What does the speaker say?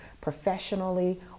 professionally